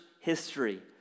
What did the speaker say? history